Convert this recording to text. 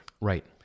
right